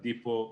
בדיפו.